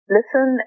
Listen